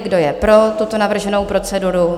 Kdo je pro tuto navrženou proceduru?